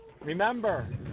remember